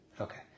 Okay